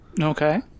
Okay